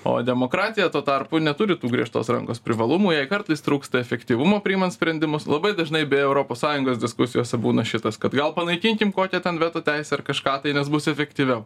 o demokratija tuo tarpu neturi tų griežtos rankos privalumų jai kartais trūksta efektyvumo priimant sprendimus labai dažnai beje europos sąjungos diskusijose būna šitas kad gal panaikinkim kokią ten veto teisę ar kažką tai nes bus efektyviau